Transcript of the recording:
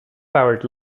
powered